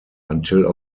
until